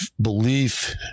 belief